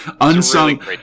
Unsung